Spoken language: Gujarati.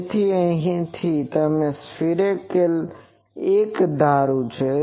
તો અહીં તે કહી કે તે સર્કમ્ફરન્સિઅલિ એકધારું છે